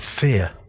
fear